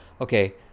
okay